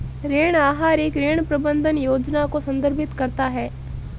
ऋण आहार एक ऋण प्रबंधन योजना को संदर्भित करता है